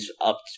up